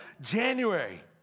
January